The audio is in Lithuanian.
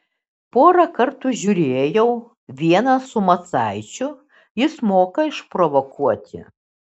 porą kartų žiūrėjau vieną su macaičiu jis moka išprovokuoti